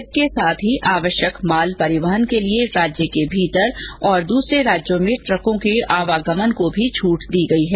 इसके साथ ही आवश्यक माल परिवहन के लिए राज्य के भीतर और दूसरे राज्यों में ट्रकों के आवागमन को भी छूट दी गई है